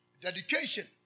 Dedication